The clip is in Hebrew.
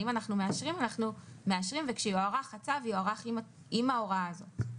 אם אנחנו מאשרים אנחנו מאשרים וכשיוארך הצו יוארך עם ההוראה הזאת.